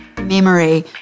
memory